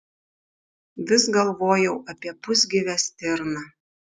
vis galvojau apie pusgyvę stirną